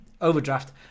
overdraft